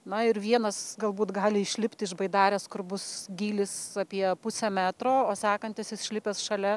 na ir vienas galbūt gali išlipti iš baidarės kur bus gylis apie pusę metro o sakantis išlipęs šalia